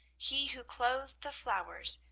he who clothes the flowers,